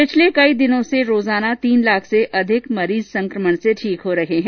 पिछले कई दिनों से हर रोज तीन लाख से अधिक मरीज संक्रमण से ठीक हो रहे हैं